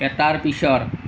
এটাৰ পিছৰ